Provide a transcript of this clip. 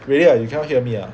really ah you cannot hear me ah